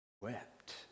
wept